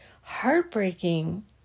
heartbreaking